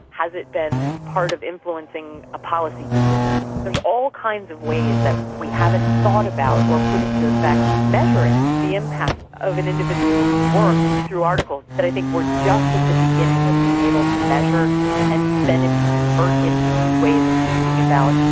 has it been part of influencing a policy decision? there's all kinds of ways that we haven't thought about or put into effect measuring the impact of an individual's work through articles that i think we're just at the beginning of being able to measure and then to convert into new ways of thinking about,